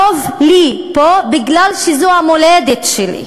טוב לי פה מפני שזאת המולדת שלי,